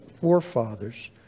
forefathers